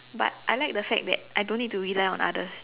but I like the fact that I don't need to rely on others